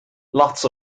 lots